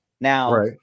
Now